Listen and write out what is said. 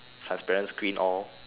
transparent screen all